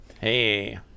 Hey